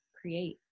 create